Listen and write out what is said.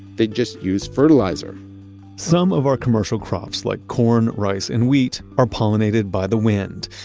they'd just use fertilizer some of our commercial crops like corn, rice, and wheat are pollinated by the wind,